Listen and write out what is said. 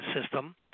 system